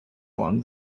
along